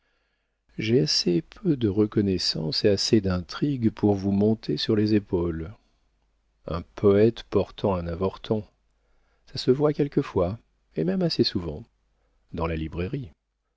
j'ai assez peu de reconnaissance et assez d'intrigue pour vous monter sur les épaules un poëte portant un avorton ça se voit quelquefois et même assez souvent dans la librairie